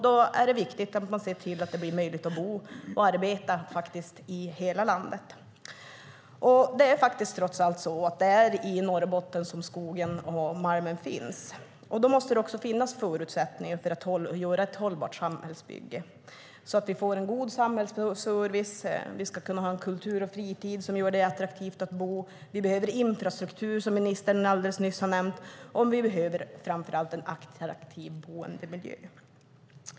Det är viktigt att man ser till att det blir möjligt att bo och arbeta i hela landet. Det är trots allt i Norrbotten som skogen och malmen finns. Därför måste det finnas förutsättningar för ett hållbart samhällsbygge så att vi får en god samhällsservice. Vi ska kunna ha ett kulturliv och en fritid som gör det attraktivt att bo. Vi behöver infrastruktur, som ministern nämnde, och vi behöver en attraktiv boendemiljö.